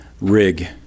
rig